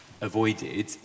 avoided